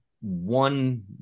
one